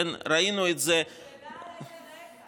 ראינו את זה, השאלה היא על איזה רקע.